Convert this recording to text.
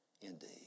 indeed